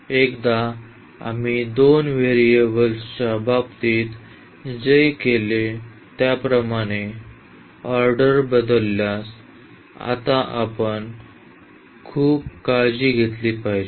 एकदा आम्ही दोन व्हेरिएबल्सच्या बाबतीत जे केले त्याप्रमाणे ऑर्डर बदलल्यास आता आपण खूप काळजी घेतली पाहिजे